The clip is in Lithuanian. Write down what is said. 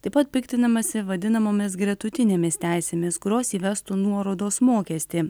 taip pat piktinamasi vadinamomis gretutinėmis teisėmis kurios įvestų nuorodos mokestį